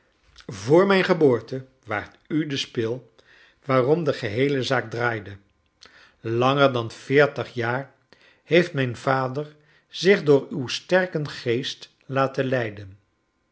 voor mijn geboorte waart u de spil waarom de geheele zaak draaide langer dan veertig jaar heeft mijn vader zich door uw sterkeren geest laten leiden